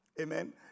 Amen